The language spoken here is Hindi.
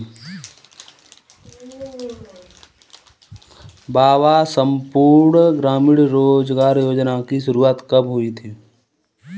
बाबा संपूर्ण ग्रामीण रोजगार योजना की शुरुआत कब हुई थी?